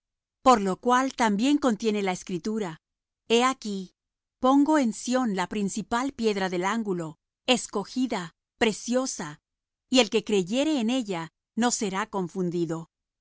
por lo cual también contiene la escritura he aquí pongo en sión la principal piedra del ángulo escogida preciosa y el que creyere en ella no será confundido